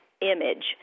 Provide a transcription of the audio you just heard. image